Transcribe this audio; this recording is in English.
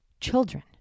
children